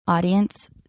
Audience